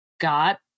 got